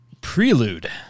Prelude